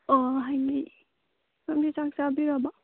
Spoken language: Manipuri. ꯑꯣ ꯍꯥꯏꯅꯩꯌꯦ ꯁꯣꯝꯗꯤ ꯆꯥꯛ ꯆꯥꯕꯤꯔꯕꯣ